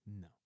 No